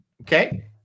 Okay